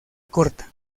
corta